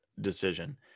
decision